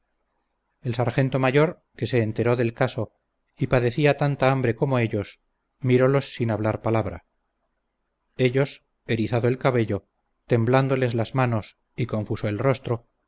el sargento mayor que se enteró del caso y padecía tanta hambre como ellos mirolos sin hablar palabra ellos erizado el cabello temblándoles las manos y confuso el rostro